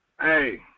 hey